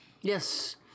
Yes